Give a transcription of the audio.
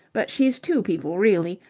but she's two people really,